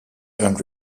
earned